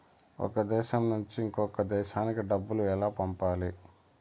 ఒక దేశం నుంచి ఇంకొక దేశానికి డబ్బులు ఎలా పంపాలి?